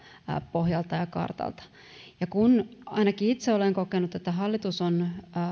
pohjalta ja kartalta ja kun ainakin itse olen kokenut että hallitus on